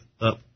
up